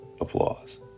applause